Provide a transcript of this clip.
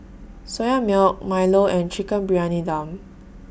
Soya Milk Milo and Chicken Briyani Dum